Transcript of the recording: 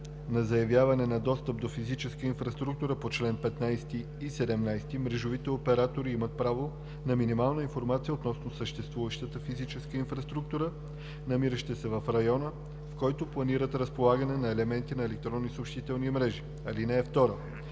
на заявяване на достъп до физическа инфраструктура по чл. 15 и 17 мрежовите оператори имат право на минимална информация относно съществуващата физическа инфраструктура, намираща се в района, в който планират разполагане на елементи на електронни съобщителни мрежи. (2)